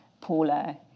Paula